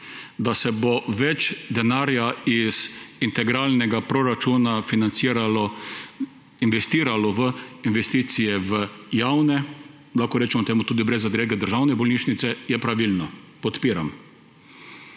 da se bo več denarja iz integralnega proračuna investiralo v investicije v javne, lahko rečemo temu tudi brez zadrege, državne bolnišnice, je pravilno, podpiram.